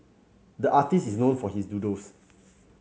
the artist is known for his doodles